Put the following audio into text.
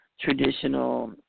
traditional